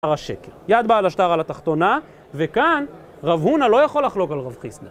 יד בעל השטר על התחתונה, וכאן רב הונה לא יכול לחלוק על רב חיסנר.